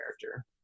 character